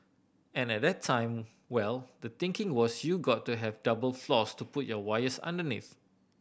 and at that time well the thinking was you got to have double floors to put your wires underneath